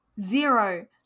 zero